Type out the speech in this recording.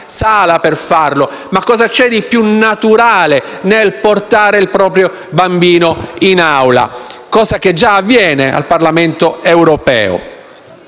sala per farlo, ma cosa c'è di più naturale del portare il proprio bambino in Aula? Cosa che, tra l'altro, già avviene al Parlamento europeo.